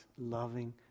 loving